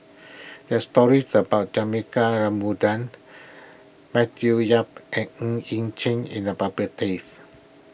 there are stories about Juthika Matthew Yap and Ng Yi Sheng in the